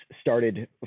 started